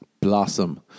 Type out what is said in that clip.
Blossom